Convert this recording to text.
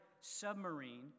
submarine